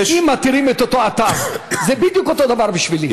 אם מתירים את אותו אתר, זה בדיוק אותו דבר בשבילי.